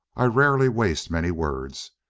i rarely waste many words.